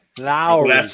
Lowry